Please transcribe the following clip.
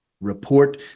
report